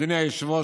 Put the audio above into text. אדוני היושב-ראש,